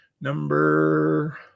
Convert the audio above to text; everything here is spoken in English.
number